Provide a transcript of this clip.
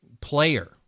player